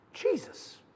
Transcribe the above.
Jesus